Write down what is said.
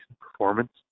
performance